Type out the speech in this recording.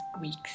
weeks